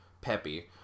Peppy